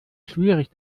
schwierig